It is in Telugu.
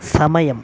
సమయం